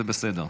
זה בסדר.